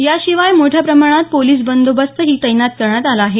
याशिवाय मोठ्या प्रमाणात पोलीस बंदोबस्त ही तैनात करण्यात आला आहे